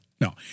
No